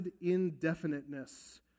indefiniteness